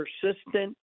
persistent